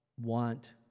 want